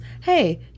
hey